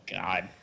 God